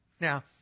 Now